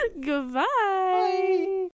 goodbye